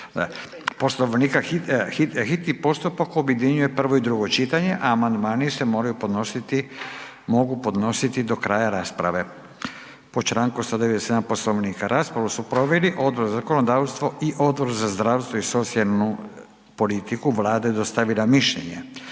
Poslovnika hitni postupak objedinjuje prvo i drugo čitanje, a amandmani se mogu podnositi do kraja rasprave, sukladno članku 197. Poslovnika. Raspravu su proveli Odbor za zakonodavstvo i Odbor za zdravstvo i socijalnu politiku. Vlada je dostavila mišljenje.